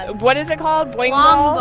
what is it called boing ball?